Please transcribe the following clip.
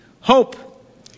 Hope